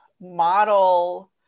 model